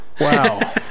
Wow